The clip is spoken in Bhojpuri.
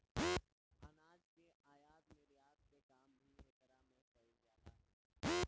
अनाज के आयत निर्यात के काम भी एकरा में कईल जाला